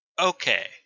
okay